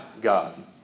God